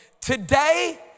Today